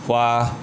花